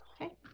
Okay